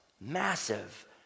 massive